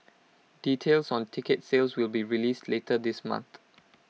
details on ticket sales will be released later this month